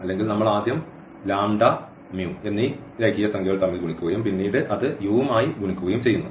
അല്ലെങ്കിൽ നമ്മൾ ആദ്യം എന്നീ രേഖീയ സംഖ്യകൾ തമ്മിൽ ഗുണിക്കുകയും പിന്നീട് അത് u മായി ഗുണിക്കുകയും ചെയ്യുന്നു